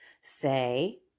say